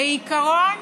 בעיקרון